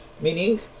meaning